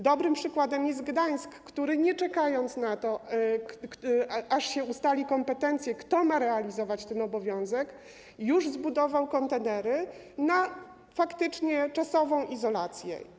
Dobrym przykładem jest Gdańsk, który nie czekając na to, aż się ustali kompetencje, kto ma realizować ten obowiązek, już faktycznie zbudował kontenery na czasową izolację.